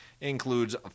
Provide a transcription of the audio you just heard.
Includes